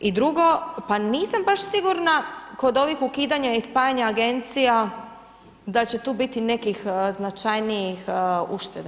I drugo pa nisam baš sigurna kod ovih ukidanja i spajanja agencija, da će tu biti nekih značajnijih ušteda.